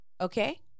okay